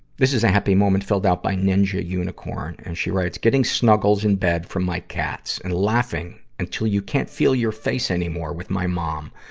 this is a happy moment filled out by ninja unicorn. and she writes, getting snuggles in bed from my cats and laughing until you can't feel your face anymore with my mom.